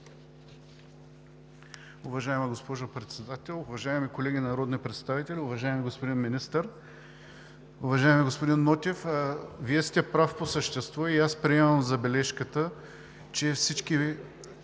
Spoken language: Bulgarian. Уважаема госпожо Председател, уважаеми колеги народни представители, уважаеми господин Министър! Уважаеми господин Нотев, Вие сте прав по същество и аз приемам забележката, че всички